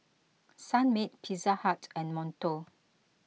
Sunmaid Pizza Hut and Monto